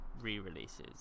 re-releases